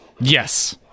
Yes